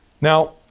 Now